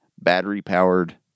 battery-powered